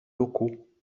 locaux